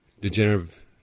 degenerative